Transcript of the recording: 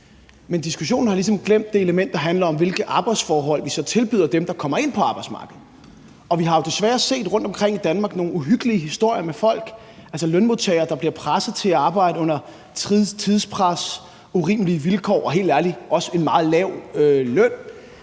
Men i diskussionen har man ligesom glemt det element, der handler om, hvilke arbejdsforhold vi så tilbyder dem, der kommer ind på arbejdsmarkedet, og vi har jo desværre rundtomkring i Danmark hørt nogle uhyggelige historier om folk, altså lønmodtagere, der bliver presset til at arbejde under tidspres, urimelige vilkår og helt ærligt også til en meget lav løn.